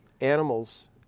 animals